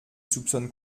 soupçonnes